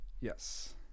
Yes